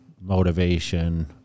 motivation